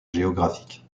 géographique